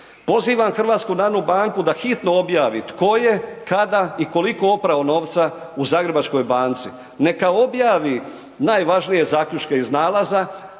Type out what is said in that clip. Pozivam HNB da hitno objavi, tko je, kada i koliko opravo novca u Zagrebačkoj banci. Neka objavi najvažnije zaključke iz nalaza,